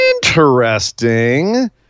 Interesting